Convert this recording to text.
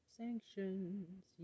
sanctions